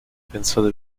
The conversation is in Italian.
pensate